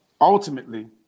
ultimately